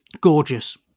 Gorgeous